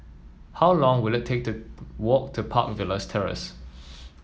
how long will it take to walk to Park Villas Terrace